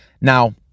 Now